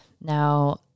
Now